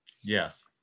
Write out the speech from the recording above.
Yes